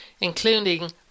including